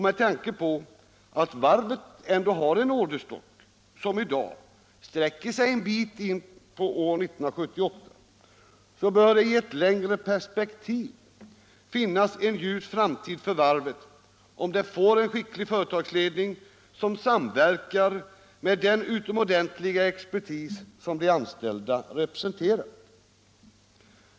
Med tanke på att varvet ändå i dag har en orderstock som sträcker sig en bit in på år 1978, bör det i ett längre perspektiv finnas en ljus framtid för varvet, om det får en skicklig företagsledning som samverkar med den utomordentliga expertis som de anställda representerar.